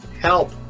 help